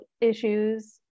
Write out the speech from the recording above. issues